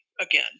again